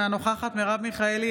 אינה נוכחת מרב מיכאלי,